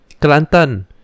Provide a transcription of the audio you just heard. Kelantan